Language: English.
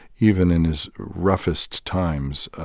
even in his roughest times,